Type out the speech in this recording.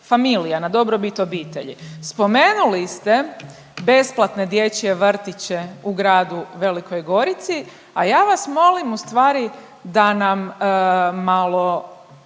na dobrobit obitelji. Spomenuli ste besplatne dječje vrtiće u gradu Velikoj Gorici, a ja vas molim ustvari da nam malo